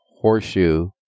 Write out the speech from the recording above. Horseshoe